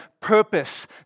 purpose